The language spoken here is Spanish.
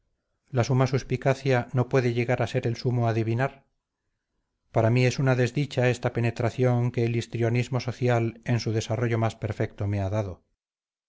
la suma suspicacia no puede llegar a ser el sumo adivinar para mí es una desdicha esta penetración que el histrionismo social en su desarrollo más perfecto me ha dado